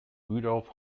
rudolf